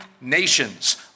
nations